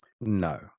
No